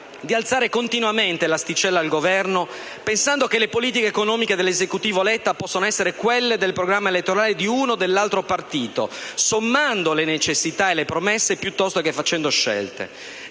di alzare continuamente l'asticella al Governo, ritenendo che le politiche economiche dell'esecutivo Letta possano essere quelle del programma elettorale di uno o dell'altro partito, sommando le necessità e le promesse piuttosto che facendo scelte.